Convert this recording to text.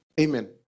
Amen